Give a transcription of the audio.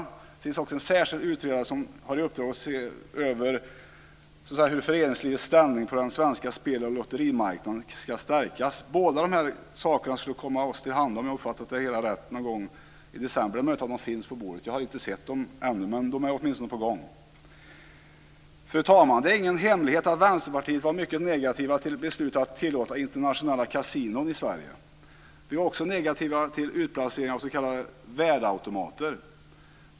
Det finns också en särskild utredare som har i uppdrag att se över hur föreningslivets ställning på den svenska spel och lotterimarknaden ska stärkas. Båda dessa utredningar ska komma oss till handa, om jag har uppfattat det hela rätt, någon gång i december. Det är möjligt att de finns på bordet. Jag har inte sett dem ännu, men de är åtminstone på gång. Fru talman! Det är ingen hemlighet att Vänsterpartiet var mycket negativt till beslutet att tillåta internationella kasinon i Sverige. Vi var också negativa till utplacering av s.k. värdeautomater.